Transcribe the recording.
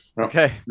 Okay